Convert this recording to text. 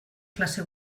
klase